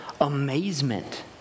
amazement